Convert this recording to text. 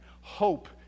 Hope